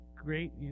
Great